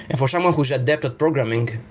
and for someone's who's adept at programming,